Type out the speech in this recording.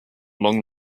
long